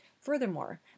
Furthermore